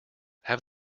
have